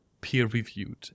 peer-reviewed